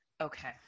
Okay